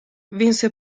vinse